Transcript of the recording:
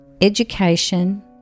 education